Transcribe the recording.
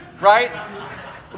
Right